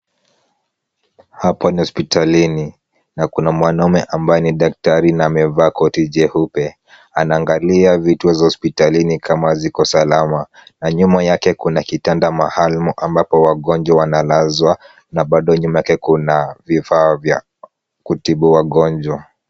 Hapa ni hospitalini, na kuna mwanaume ambaye ni daktari na amevaa koti jeupe. Anaangalia vituo za hospitalini kama ziko salama, na nyuma yake kuna kitanda maalum ambapo wagonjwa wanalazwa, na bado nyuma yake kuna vifaa vya kutibu wagonjwa.